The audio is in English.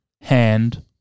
hand